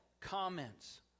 comments